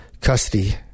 custody